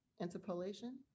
interpolation